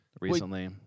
recently